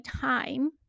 time